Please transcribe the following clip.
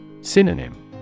Synonym